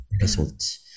results